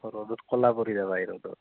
ৰ'দত ক'লা পৰি যাবা এই ৰ'দত